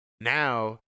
now